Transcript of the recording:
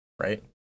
right